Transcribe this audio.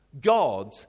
God